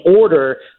order